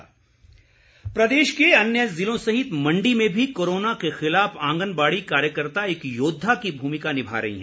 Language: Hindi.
कोविड योद्वा प्रदेश के अन्य ज़िलों सहित मण्डी में भी कोरोना के खिलाफ आंगनबाड़ी कार्यकर्ता एक योद्धा की भूमिका निभा रही हैं